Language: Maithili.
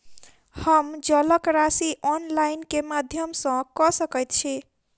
हम जलक राशि ऑनलाइन केँ माध्यम सँ कऽ सकैत छी?